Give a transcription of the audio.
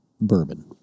bourbon